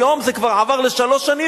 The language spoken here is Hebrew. היום זה כבר עבר לשלוש שנים,